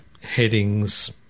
headings